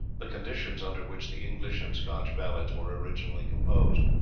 the conditions under which the english and scotch ballads were originally composed.